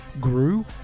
grew